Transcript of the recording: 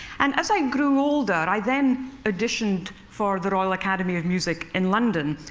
and as i grew older, i then auditioned for the royal academy of music in london,